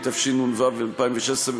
התשע"ו 2016,